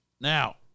Now